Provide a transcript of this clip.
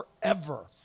forever